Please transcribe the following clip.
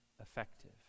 effective